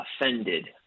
offended